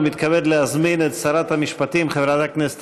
ומתכבד להזמין את שרת המשפטים חברת הכנסת